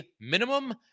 minimum